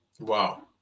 Wow